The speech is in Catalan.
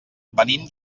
venim